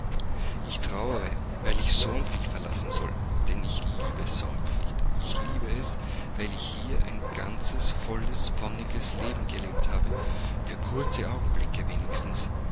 ich traure weil ich thornfield verlassen soll denn ich liebe thornfield ich liebe es weil ich hier ein ganzes volles wonniges leben gelebt habe für kurze augenblicke wenigstens